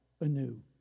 anew